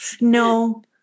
no